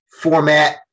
format